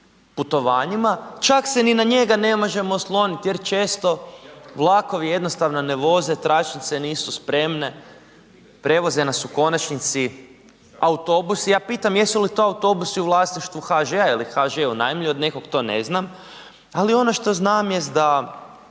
putovanjima, čak se ni na njega ne možemo osloniti jer često vlakovi jednostavno ne voze, tračnice nisu spremne, prevoze nas u konačnici autobusi. Ja pitam jesu li to autobusi u vlasništvu HŽ-a ili ih HŽ unajmljuje od nekog, to ne znam, ali ono što znam jest da